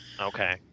Okay